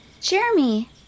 Jeremy